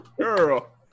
Girl